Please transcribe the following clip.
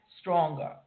stronger